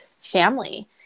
family